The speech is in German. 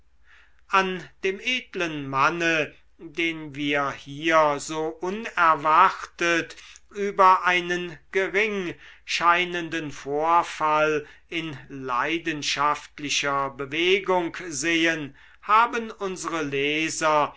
an dem edlen manne den wir hier so unerwartet über einen gering scheinenden vorfall in leidenschaftlicher bewegung sehen haben unsere leser